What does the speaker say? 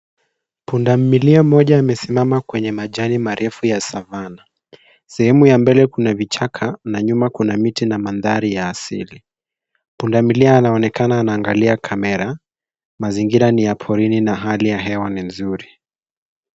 Punda milia mmoja amesimama kwenye majani marefu ya savvanah . Sehemu ya mbele kuna vichaka na nyuma kuna miti na mandhari ya asili. Pundamilia anaonekana anaangalia kamera. Mazingira ni ya porini na hali ya hewa ni nzuri.